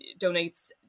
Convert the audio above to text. donates